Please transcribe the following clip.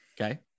Okay